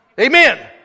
Amen